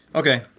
okay,